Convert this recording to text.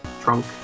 trunk